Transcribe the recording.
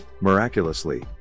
miraculously